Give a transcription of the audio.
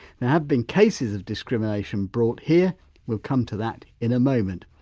there have been cases of discrimination brought here we'll come to that in a moment.